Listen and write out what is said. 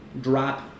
drop